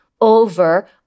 over